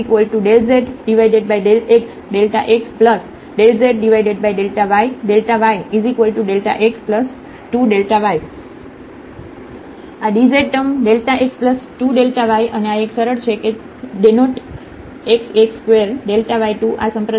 zf0x0y f00Δx32Δy3Δx2Δy2 dz∂z∂xx∂z∂yΔyx2Δy આ dz term x 2 y અને આ એક સરળ છે કે ડેનોટ xxસ્ક્વેરy2 આ સંપ્રદાયોમાં